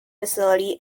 facility